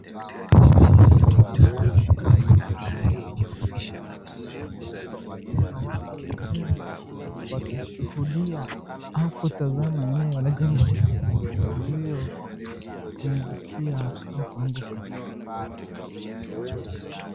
Kikosi cha zimamoto na watu wengine wakishuhudia au kutazama eneo la jengo lililotumbukia au kuanguka.